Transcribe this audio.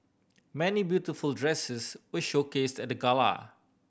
many beautiful dresses were showcased at the gala